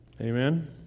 Amen